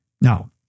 Now